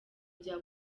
bya